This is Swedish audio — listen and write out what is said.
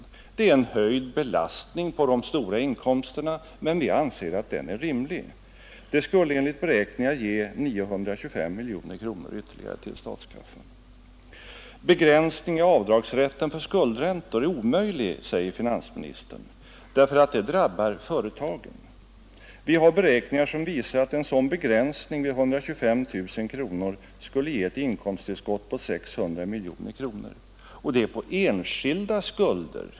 Visserligen innebär det en höjd belastning på de stora inkomsttagarna, men vi anser att den är rimlig. Enligt beräkningarna skulle detta ge 925 miljoner kronor ytterligare till statskassan. Finansministern säger att begränsning av avdragsrätten för skuldräntor är omöjlig, därför att den drabbar företagen. Vi har gjort beräkningar som visar att en sådan begränsning vid 125 000 kronor skulle ge ett inkomsttillskott på 600 miljoner — på enskilda skulder.